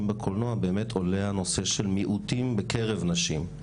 בקולנוע באמת עולה הנושא של מיעוטים בקרב נשים.